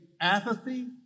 apathy